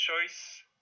choice